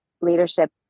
leadership